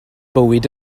bywyd